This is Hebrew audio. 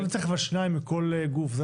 למה צריך אבל שניים מכל גוף?